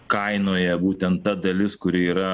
kainoje būtent ta dalis kuri yra